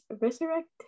resurrect